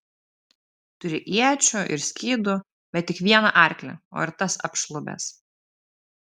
turi iečių ir skydų bet tik vieną arklį o ir tas apšlubęs